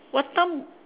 what time